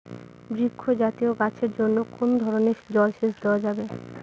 বৃক্ষ জাতীয় গাছের জন্য কোন ধরণের জল সেচ দেওয়া যাবে?